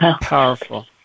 powerful